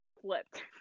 flipped